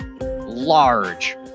large